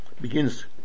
begins